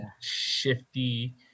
Shifty